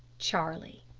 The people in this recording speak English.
charlie.